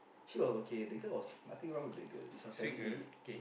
she was okay that girl was nothing wrong with the girl it's her family